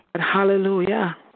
hallelujah